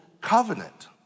Covenant